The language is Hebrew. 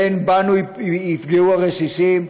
שבנו יפגעו הרסיסים,